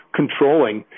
controlling